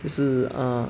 就是 err